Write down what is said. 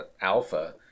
Alpha